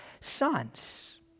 sons